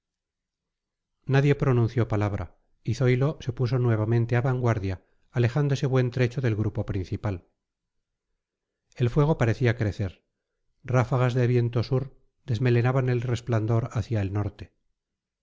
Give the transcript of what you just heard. nadie pronunció palabra y zoilo se puso nuevamente a vanguardia alejándose buen trecho del grupo principal el fuego parecía crecer ráfagas de viento sur desmelenaban el resplandor hacia el norte